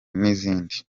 n’izindi